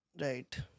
Right